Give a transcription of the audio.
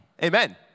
Amen